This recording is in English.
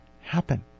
happen